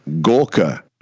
Gorka